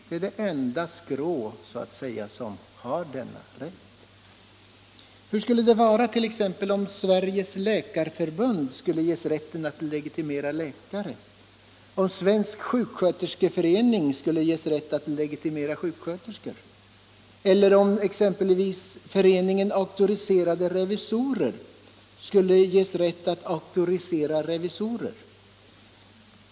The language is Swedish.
Det är det enda skrå, så att säga, som har denna rätt. Hur skulle det vara om t.ex. Sveriges Läkarförbund skulle få rätt att legitimera läkare, om Svensk Sjuksköterskeförening skulle få rätt att legitimera sjuksköterskor eller om Föreningen Auktoriserade Revisorer skulle få rätten att auktorisera revisorer?